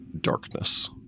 darkness